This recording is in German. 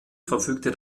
verfügte